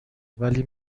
ولی